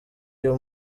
uyu